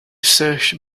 search